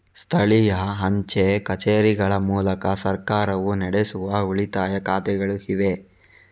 ಸ್ಥಳೀಯ ಅಂಚೆ ಕಚೇರಿಗಳ ಮೂಲಕ ಸರ್ಕಾರವು ನಡೆಸುವ ಉಳಿತಾಯ ಖಾತೆಗಳು ಇವೆ